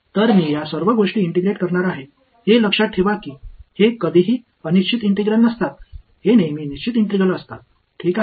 तर मी या सर्व गोष्टी इंटिग्रेट करणार आहे हे लक्षात ठेवा की हे कधीही अनिश्चित इंटिग्रल नसतात हे नेहमी निश्चित इंटिग्रल असतात ठीक आहे